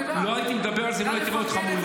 לא הייתי מדבר על זה אם לא הייתי רואה אותך מולי.